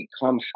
become